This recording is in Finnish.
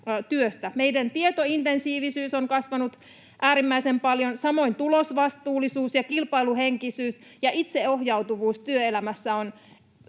Meidän tietointensiivisyys on kasvanut äärimmäisen paljon, samoin tulosvastuullisuus ja kilpailuhenkisyys, ja itseohjautuvuus työelämässä on